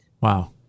Wow